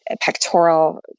pectoral